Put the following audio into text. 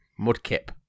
Mudkip